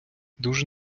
дуже